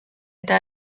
eta